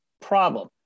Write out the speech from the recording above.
problem